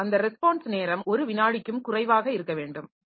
எனவே அந்த ரெஸ்பான்ஸ் நேரம் ஒரு வினாடிக்கும் குறைவாக இருக்க வேண்டும்